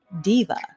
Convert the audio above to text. Diva